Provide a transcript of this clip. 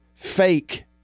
Fake